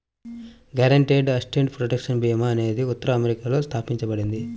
guaranteed asset protection భీమా అనేది ఉత్తర అమెరికాలో స్థాపించబడింది